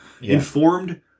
informed